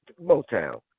Motown